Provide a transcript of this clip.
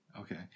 Okay